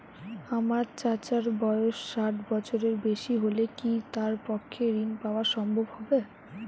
আমার চাচার বয়স ষাট বছরের বেশি হলে কি তার পক্ষে ঋণ পাওয়া সম্ভব হবে?